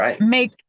make